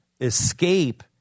escape